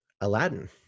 aladdin